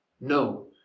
no